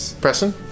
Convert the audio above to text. Preston